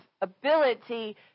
ability